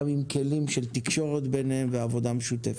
עם כלים של תקשורת ביניהם ועבודה משותפת.